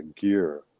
gear